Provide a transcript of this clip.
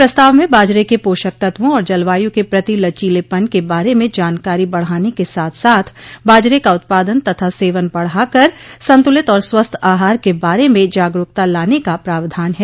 प्रस्ताव में बाजरे के पोषक तत्वों और जलवायु के प्रति लचीलेपन के बारे में जानकारी बढाने के साथ साथ बाजरे का उत्पादन तथा सेवन बढ़ाकर संतुलित और स्वस्थ आहार के बारे में जागरूकता लाने का प्रावधान है